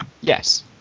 yes